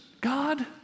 God